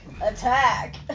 attack